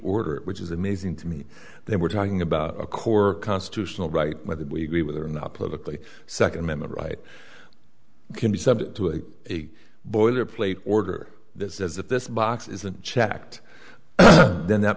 order which is amazing to me they were talking about a core constitutional right whether we agree with it or not politically second amendment right can be subject to a big boilerplate order that says that this box isn't checked then that